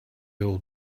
old